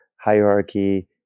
hierarchy